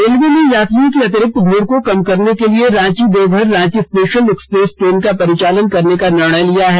railway ने यात्रियों की अतिरिक्त भीड़ को कम करने के लिए Ranchi Deoghar Ranchi special express train का परिचालन करने का निर्णय लिया है